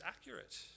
accurate